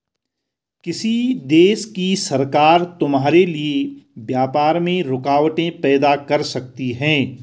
किसी देश की सरकार तुम्हारे लिए व्यापार में रुकावटें पैदा कर सकती हैं